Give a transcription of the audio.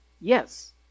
yes